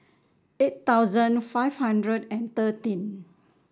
eight thousand five hundred and thirteen